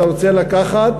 אתה רוצה לקחת?